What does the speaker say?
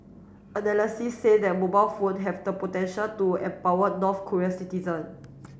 analysis say that mobile phone have the potential to empower North Korean citizen